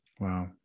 Wow